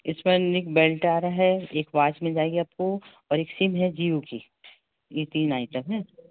इसका neck belt आ रहा है एक वाच मिल जाएगी आपको और एक सिम है जिओ की एट्टी नाइन का है